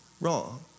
wrong